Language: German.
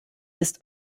ist